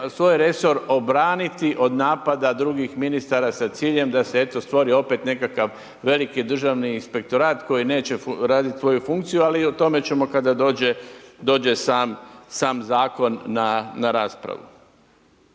svoj resor obraniti od napada drugih ministara sa ciljem da se eto stvori opet nekakav veliki državni inspektorat koji neće raditi svoju funkciju ali o tome ćemo kada dođe sam zakon na raspravu.